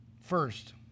First